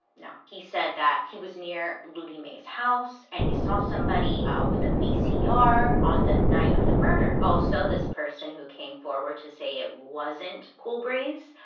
no. he said that he was near ludie mae's house, and he saw somebody with a vcr on the night of the murder. also this person who came forward to say it wasn't cool breeze,